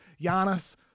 Giannis